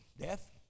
Death